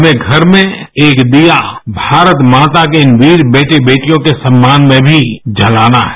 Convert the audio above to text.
हमें घर में एक दीया भारत माता के इन र्वीर बेटे बेटियों के सम्मान में भी जलाना है